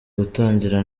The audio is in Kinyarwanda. gutangira